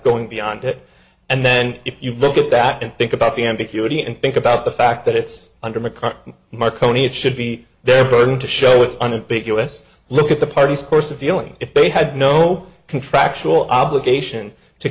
going beyond it and then if you look at that and think about the ambiguity and think about the fact that it's under macarthur marcone it should be their burden to show it's on it big us look at the party's course of dealing if they had no contractual obligation to